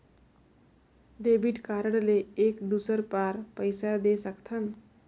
Debit card ले एक दुसर बार पइसा दे सकथन?